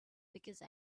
because